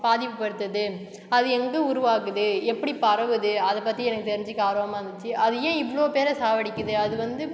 பாதிப்படுத்துது அது எங்கே உருவாகுது எப்படி பரவுது அதைப் பற்றி எனக்கு தெரிஞ்சுக்க ஆர்வமாக இருந்துச்சு அது ஏன் இவ்வளோ பேரை சாவடிக்குது அது வந்து